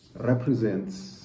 represents